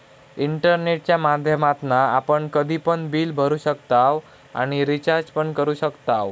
इंटरनेटच्या माध्यमातना आपण कधी पण बिल भरू शकताव आणि रिचार्ज पण करू शकताव